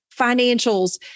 financials